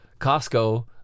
Costco